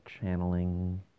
channeling